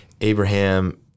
abraham